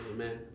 Amen